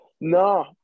No